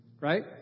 Right